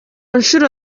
nshuro